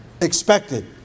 expected